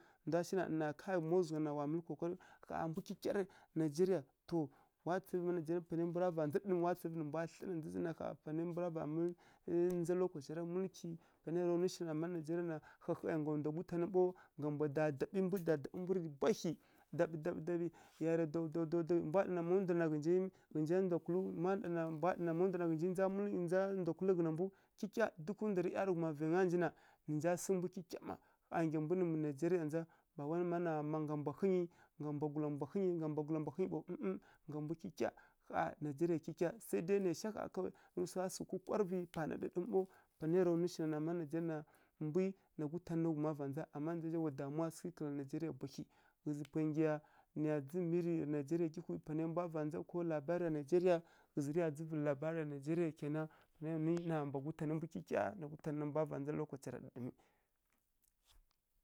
Ndwa shi na ɗana ká má zugha na na wa mǝlǝ kokari rǝw ƙha mbu kyikya rǝ nigerai. To wa tsǝrǝvǝ na mbwa panai mbu ra va mǝlǝ ndza ɗǝɗǝm wa tsǝrǝvǝ nǝ mbwa thlǝ na ndza zǝn na ƙha panai mbu ra va mǝlǝ ndza lokaca ra muliki panai ya ra nwi shina na ma nigeria na, hahai ngga ndwa gutan ɓaw, ngga mbwa dadaɓǝ, mbu dadaɓǝ mburǝ bwahyi, dadaɓǝ, dadaɓǝ, dadaɓǝ, yariya daw-daw, daw-daw, daw-daw, daw-dawi mbwa ɗana na, ghǝnji ghǝnji ndwa kulu ma ndwa na ɓaw ndwa na mu ndwa na ghanja ndza ghǝn mbu kyikya duk ndwarǝ ˈyarǝhuma vainga ghǝnji na, nǝ nja sǝ mbu kyikya mma, ƙha nggya mbu nǝ nigeria ndza ba wai mana ma ngga mbwa hǝnyi, ngga mbwagula mbwa hǝnyi, ngga mbwagula mbwa hǝnyi ɓaw ngga mbu kyikyi ƙha nigeria kyikya, sai dai nai sha ƙha kawai rǝ swa sǝghǝ kukwarǝvǝ pa na ɗǝdǝm ɓaw. Panai ya nwi shina na, ma nigeria na, mbwi na gutan rǝ ghuma va ndza. Ama ma na ndza zǝ zha, wa damuwa sǝghǝ kǝla nigeria bwahyi. Ghǝzǝ pwai nggyi ya nǝya dzǝrǝ miyi nigeria nggyihwi panai mbwa va ndza ko labariya nigeria ghǝzǝ rǝ ya dzǝ vǝlǝ labariya nigeria kena maya nwi na mbwa gutan mbu kyikya mbwa gutan rǝ mbwa va ndza lokaca ra ɗǝɗǝmi.